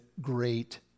great